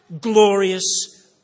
glorious